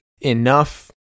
enough